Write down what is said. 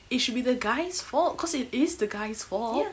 it should be the guy's fault cause it it is the guy's fault